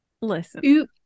Listen